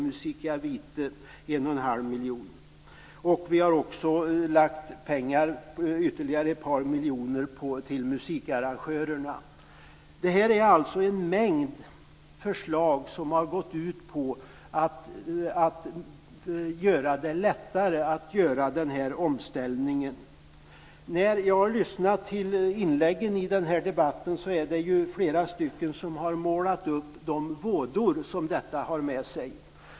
Musica Vitae har fått 1,5 miljoner kronor. Vi har också föreslagit ca 2 miljoner kronor till musikarrangörerna. Detta är alltså en mängd förslag som har gått ut på att göra denna omställning lättare. Jag har lyssnat till inläggen i den här debatten. Flera debattörer har målat ut de vådor som detta för med sig.